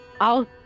I'll-